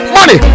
Money